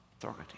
authority